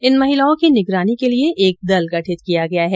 इन महिलाओं की निगरानी के लिए एक दल गठित किया गया है